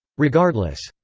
regardless,